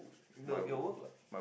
the your work lah